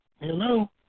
Hello